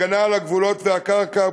הגנה על הגבולות והקרקע,